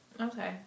Okay